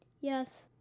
Yes